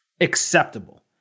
acceptable